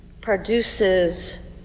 produces